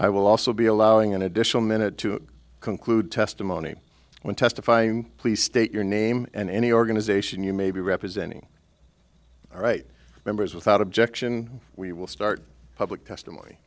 i will also be allowing an additional minute to conclude testimony when testifying please state your name and any organization you may be representing all right members without objection we will start public testimony